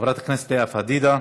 חברת הכנסת לאה פדידה.